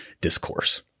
discourse